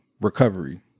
recovery